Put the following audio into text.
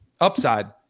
Upside